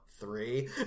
three